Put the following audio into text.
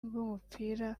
b’umupira